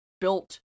built